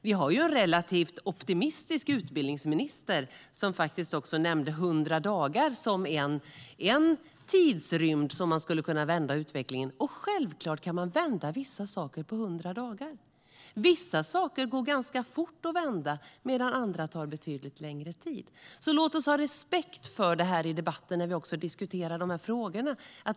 Vi har ju en relativt optimistisk utbildningsminister som nämnde 100 dagar som en tidsrymd som man skulle kunna vända utvecklingen på. Och självklart kan man vända vissa saker på 100 dagar. Vissa saker går ganska fort att vända medan andra tar betydligt längre tid. Låt oss ha respekt för detta i debatten när vi diskuterar de här frågorna.